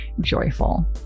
joyful